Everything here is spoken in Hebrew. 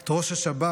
את ראש השב"כ,